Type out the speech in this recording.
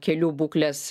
kelių būklės